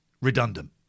redundant